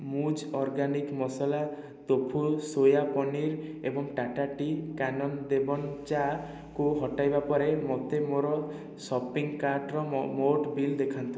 ମୂଜ୍ organic masala tofu soya paneer ଏବଂ Tata tea Kanan Devan ଚାକୁ ହଟାଇବା ପରେ ମୋତେ ମୋର ଶପିଂ କାର୍ଟ୍ର ମୋଟ ବିଲ୍ ଦେଖାନ୍ତୁ